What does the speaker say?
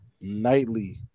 nightly